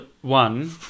one